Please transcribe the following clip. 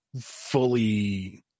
fully